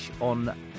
on